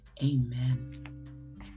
Amen